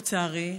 לצערי,